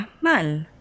mal